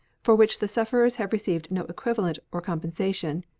for which the sufferers have received no equivalent or compensation,